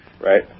Right